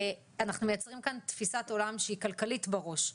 אנחנו מייצרים כאן תפיסת עולם שהיא כלכלית בראש.